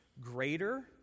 greater